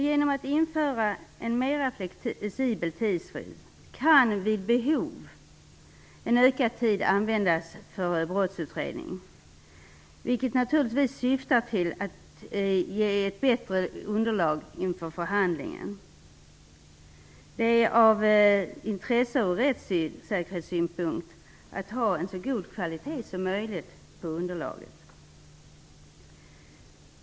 Genom att införa en flexiblare tidsfrist kan vid behov ökad tid användas för brottsutredning, vilket naturligtvis syftar till att ge ett bättre underlag inför förhandlingen. Från rättssäkerhetssynpunkt är det av intresse att ha så god kvalitet som möjligt på underlaget.